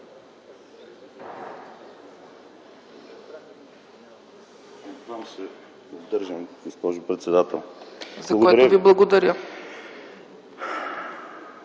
За което Ви благодаря.